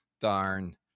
Darn